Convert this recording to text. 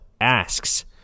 asks